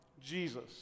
Jesus